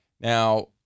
Now